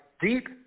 deep